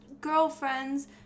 girlfriends